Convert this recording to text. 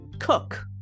cook